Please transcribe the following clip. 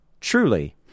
Truly